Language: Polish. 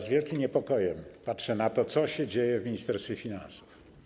Z wielkim niepokojem patrzę na to, co się dzieje w Ministerstwie Finansów.